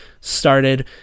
started